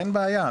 אין בעיה,